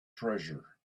treasure